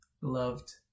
Loved